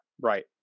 Right